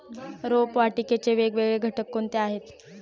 रोपवाटिकेचे वेगवेगळे घटक कोणते आहेत?